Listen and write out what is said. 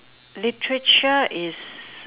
literature is